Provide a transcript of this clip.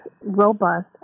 robust